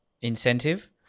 incentive